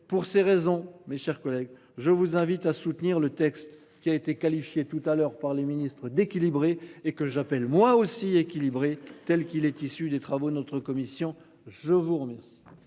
Pour ces raisons, mes chers collègues, je vous invite à soutenir le texte qui a été qualifié tout à l'heure par les ministres d'équilibrer et que j'appelle moi aussi équilibré telle qu'il est issu des travaux de notre commission je vous remercie.